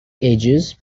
ages